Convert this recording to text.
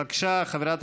בבקשה.